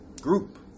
group